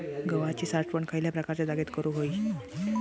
गव्हाची साठवण खयल्या प्रकारच्या जागेत करू होई?